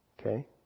Okay